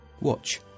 Watch